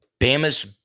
Bama's